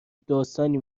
داستانی